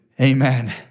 Amen